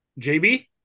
JB